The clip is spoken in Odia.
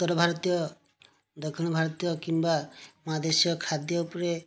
ଉତ୍ତର ଭାରତୀୟ ଦକ୍ଷିଣ ଭାରତୀୟ କିମ୍ବା ମହାଦେଶୀୟ ଖାଦ୍ୟ ଉପରେ